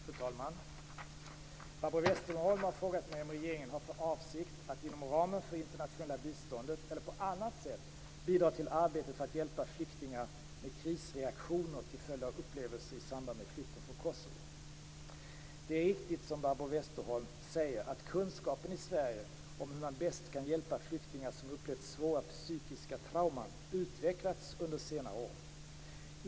Fru talman! Barbro Westerholm har frågat mig om regeringen har för avsikt att inom ramen för det internationella biståndet eller på annat sätt bidra till arbetet för att hjälpa flyktingar med krisreaktioner till följd av upplevelser i samband med flykten från Kosovo. Det är riktigt som Barbro Westerholm säger att kunskapen i Sverige om hur man bäst kan hjälpa flyktingar som upplevt svåra psykiska trauman utvecklats under senare år.